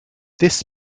this